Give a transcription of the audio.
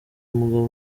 umugabo